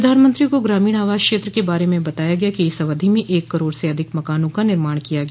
प्रधानमंत्री को ग्रामीण आवास क्षेत्र के बारे में बताया गया कि इस अवधि में एक करोड़ से अधिक मकानों का निर्माण किया गया